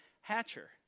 Hatcher